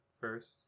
first